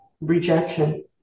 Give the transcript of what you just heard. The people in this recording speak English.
rejection